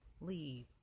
leave